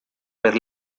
per